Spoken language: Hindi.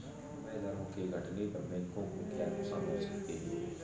विनिमय दरों के घटने पर बैंकों को क्या नुकसान हो सकते हैं?